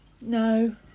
No